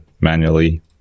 manually